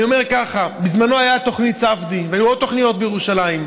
אני אומר ככה: בזמנו הייתה תוכנית ספדי והיו עוד תוכניות בירושלים,